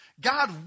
God